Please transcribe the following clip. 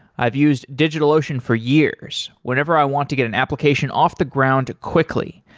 i've used digitalocean for years whenever i want to get an application off the ground quickly,